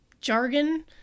jargon